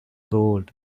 gold